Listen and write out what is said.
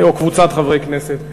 או קבוצת חברי הכנסת.